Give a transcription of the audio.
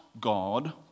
God